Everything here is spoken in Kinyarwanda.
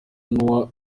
n’uwa